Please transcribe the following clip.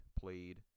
played